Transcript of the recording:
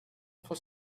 for